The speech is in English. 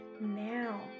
now